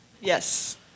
Yes